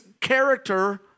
character